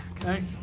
Okay